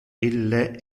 ille